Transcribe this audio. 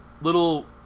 little